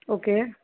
okay